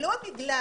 לא בגלל